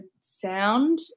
sound